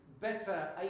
better